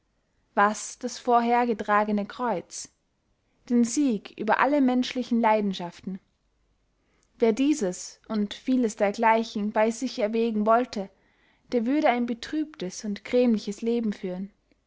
was das vorhergetragene kreuz den sieg über alle menschlichen leidenschaften wer dieses und vieles dergleichen bey sich erwägen wollte der würde ein betrübtes und grämliches leben führen